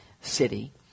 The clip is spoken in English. city